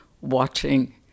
watching